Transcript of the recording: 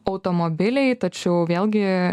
automobiliai tačiau vėlgi